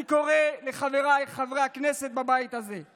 אני קורא לחבריי חברי הכנסת בבית הזה: